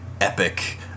epic